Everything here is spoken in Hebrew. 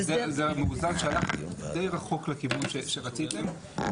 זה הממוזג --- החוק לכיוון שרציתם.